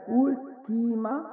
ultima